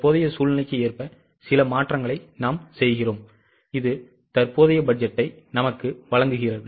தற்போதைய சூழ்நிலைக்கு ஏற்ப சில மாற்றங்களை நாம் செய்கிறோம் இது தற்போதைய பட்ஜெட்டை எங்களுக்கு வழங்குகிறது